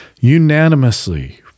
unanimously